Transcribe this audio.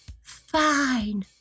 fine